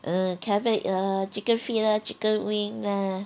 err cabbage ah chicken feet ah chicken wing ah